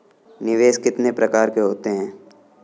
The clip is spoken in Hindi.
निवेश कितने प्रकार के होते हैं?